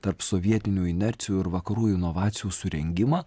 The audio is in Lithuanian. tarp sovietinių inercijų ir vakarų inovacijų surengimą